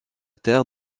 terre